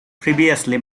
previously